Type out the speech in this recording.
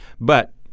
but-